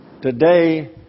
Today